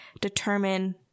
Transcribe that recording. determine